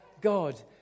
God